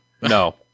No